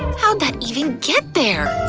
how'd that even get there?